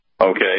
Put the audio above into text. okay